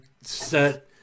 set